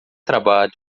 trabalho